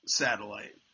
satellite